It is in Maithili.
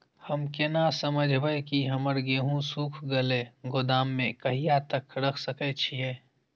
हम केना समझबे की हमर गेहूं सुख गले गोदाम में कहिया तक रख सके छिये?